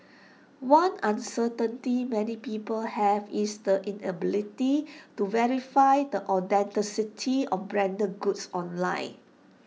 one uncertainty many people have is the inability to verify the authenticity of branded goods online